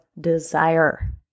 desire